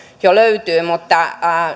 jo löytyy vaan